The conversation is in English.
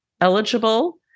eligible